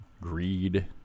Greed